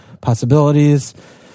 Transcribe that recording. possibilities